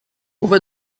over